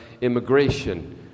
immigration